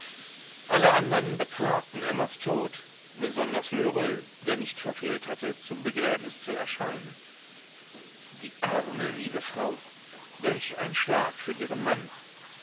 alle andern beklagten emmas tod besonders lheureux der nicht verfehlt hatte zum begräbnis zu erscheinen die arme liebe frau welch ein schlag für ihren mann